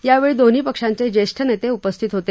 यावेळी दोन्ही पक्षांचे ज्येष्ठ नेते उपस्थित होते